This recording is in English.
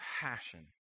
passion